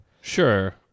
Sure